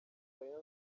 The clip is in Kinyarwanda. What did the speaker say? rayon